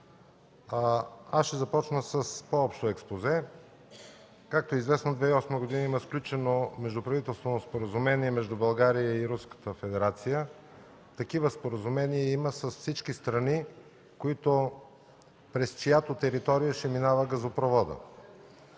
Аз ще започна с по-общо експозе. Както е известно, в 2008 г. има сключено междуправителствено споразумение между България и Руската федерация. Такива споразумения има с всички страни, през чиято територия ще минава газопроводът.